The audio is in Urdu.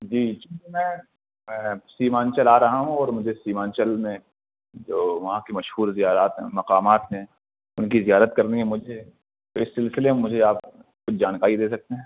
جی چوں کہ میں سیمانچل آ رہا ہوں اور مجھے سیمانچل میں جو وہاں کی مشہور زیارت ہیں مقامات ہیں ان کی زیارت کرنی ہے مجھے تو اس سلسلے میں مجھے آپ کچھ جانکاری دے سکتے ہیں